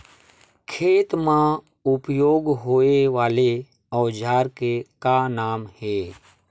खेत मा उपयोग होए वाले औजार के का नाम हे?